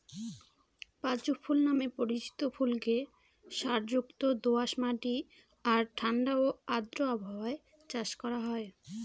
পাঁচু ফুল নামে পরিচিত ফুলকে সারযুক্ত দোআঁশ মাটি আর ঠাণ্ডা ও আর্দ্র আবহাওয়ায় চাষ করা হয়